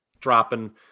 dropping